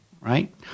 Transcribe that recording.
right